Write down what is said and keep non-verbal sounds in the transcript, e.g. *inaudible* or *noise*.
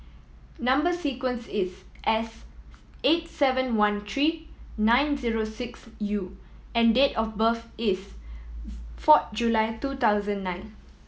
number sequence is S eight seven one three nine zero six U and date of birth is *unintelligible* four July two thousand nine